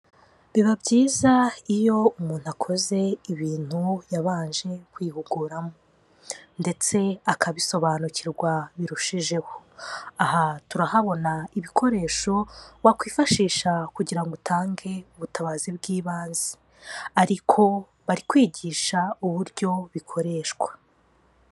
Biba byiza iyo umuntu akoze ibintu yabanje kwihugura ndetse akabisobanukirwa birushijeho. Aha turahabona ibikoresho wakwifashisha kugira ngo utange ubutabazi bw'ibanze, ariko bari kwigisha uburyo bikoreshwa.